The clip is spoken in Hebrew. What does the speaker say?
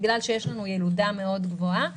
בגלל שיש לנו ילודה גבוהה מאוד,